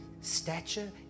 stature